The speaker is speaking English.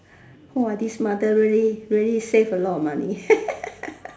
who this mother really really save a lot of money